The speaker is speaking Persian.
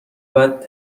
بعد